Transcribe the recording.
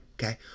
okay